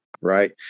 right